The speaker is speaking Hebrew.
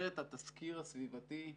במסגרת התסקיר הסביבתי,